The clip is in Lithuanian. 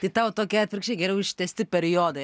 tai tau tokie atvirkščiai geriau ištęsti periodai